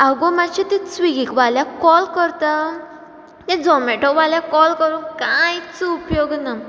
आगो मातशें स्विगीकवाल्या कॉल करता ते झोमेटो वाल्याक कॉल करून कांयच उपयोग ना